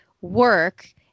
work